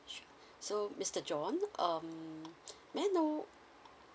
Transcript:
sure so mister john um may I know